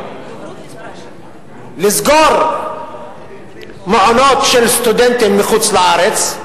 לסגור מעונות של סטודנטים מחוץ-לארץ,